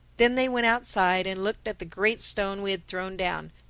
then they went outside and looked at the great stone we had thrown down,